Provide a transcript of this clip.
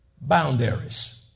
boundaries